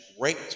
great